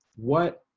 what